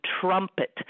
trumpet